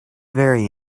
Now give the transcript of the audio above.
very